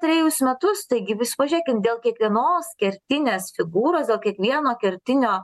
trejus metus tiagi vis pažiūrėkim dėl kiekvienos kertinės figūros o kiekvieno kertinio